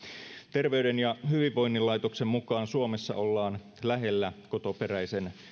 terveyden ja hyvinvoinnin laitoksen mukaan suomessa ollaan lähellä kotoperäisen